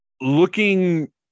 looking